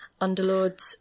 Underlords